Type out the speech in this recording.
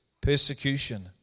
persecution